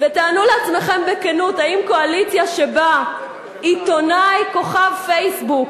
ותענו לעצמכם בכנות אם קואליציה שבה עיתונאי כוכב "פייסבוק",